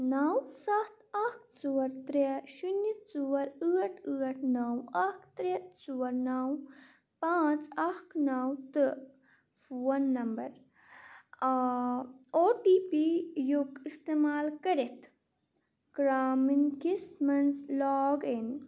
نَو سَتھ اَکھ ژور ترٛےٚ شُنہِ ژور ٲٹھ ٲٹھ نَو اَکھ ترٛےٚ ژور نَو پانژھ اَکھ نَو phone number O T P یُک استعمال کٔرِتھ کرٛامِن کِس مَنٛز لاگ اِن